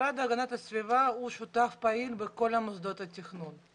המשרד להגנת הסביבה הוא שותף פעיל בכל מוסדות התכנון.